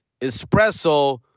espresso